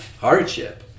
hardship